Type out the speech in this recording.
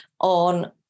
on